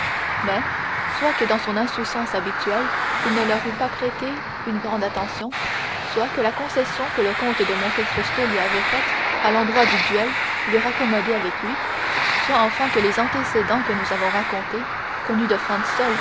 mais soit que dans son insouciance habituelle il ne leur eût pas prêté une grande attention soit que la concession que le comte de monte cristo lui avait faite à l'endroit du duel l'eût raccommodé avec lui soit enfin que les antécédents que nous avons racontés connus de franz